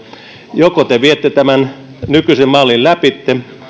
joko te viette tämän nykyisen mallin läpi